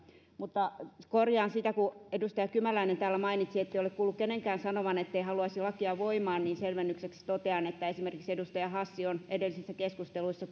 mutta korjaan sitä kun edustaja kymäläinen täällä mainitsi ettei ole kuullut kenenkään sanovan ettei haluaisi lakia voimaan selvennykseksi totean että esimerkiksi edustaja hassi on edellisessä keskustelussa